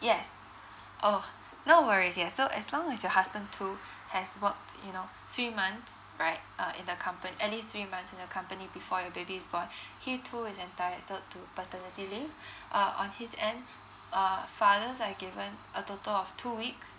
yes oh no worries yes so as long as your husband too has worked you know three months right uh in the compa~ at least three months in the company before your baby is born he too is entitled to paternity leave uh on his end uh fathers are given a total of two weeks